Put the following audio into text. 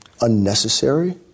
unnecessary